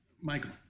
Michael